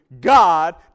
God